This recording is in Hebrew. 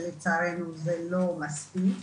שלצערנו זה לא מספיק.